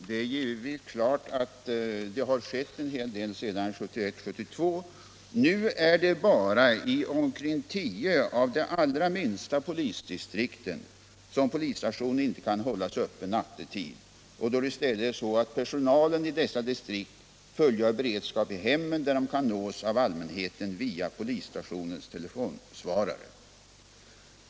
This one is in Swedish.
Herr talman! Det är klart att det har skett en hel del sedan 1971-1972. Nu är det bara i omkring tio av de allra minsta polisdistrikten som polisstationen inte kan hållas öppen nattetid, utan personalen i stället fullgör beredskap i hemmen och där kan nås av allmänheten via polisstationens telefonsvarare.